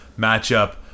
matchup